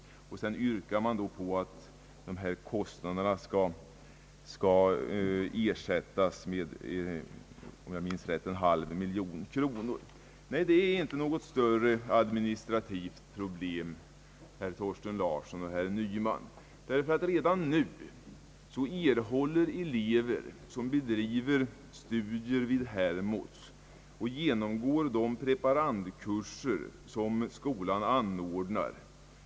Så yrkar de att kostnaderna skall ersättas med Ang. vuxenutbildningen en halv miljon kronor. Nej, det är inte något större administrativt problem, herr Thorsten Larsson och herr Nyman. Redan nu erhåller nämligen de elever studiehjälp, som bedriver studier vid Hermods och genomgår de preparandkurser som skolan anordnar.